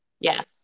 Yes